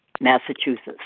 Massachusetts